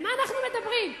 על מה אנחנו מדברים?